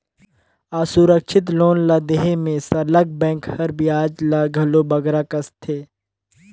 असुरक्छित लोन ल देहे में सरलग बेंक हर बियाज ल घलो बगरा कसथे